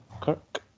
Kirk